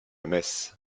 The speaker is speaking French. messe